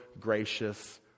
gracious